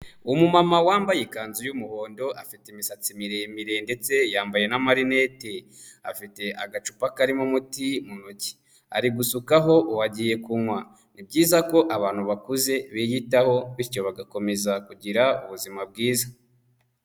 Umumama wambaye ikanzu y'umuhondo, afite imisatsi miremire ndetse yambaye n'amarinete, afite agacupa karimo umuti mu ntoki ari gusukaho uwa agiye kunywa, ni byiza ko abantu bakuze biyitaho bityo bagakomeza kugira ubuzima bwiza.